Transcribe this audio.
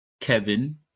Kevin